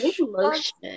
lotion